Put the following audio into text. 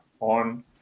on